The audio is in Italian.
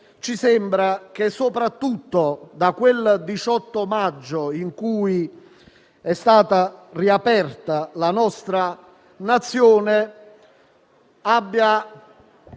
ci sembra che, soprattutto da quel 18 maggio, in cui è stata riaperta la nostra Nazione,